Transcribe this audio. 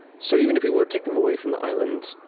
so even if we were to take them away from the island